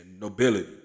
nobility